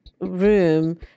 room